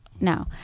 no